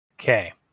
Okay